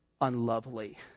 unlovely